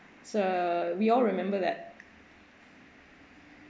so we all remember that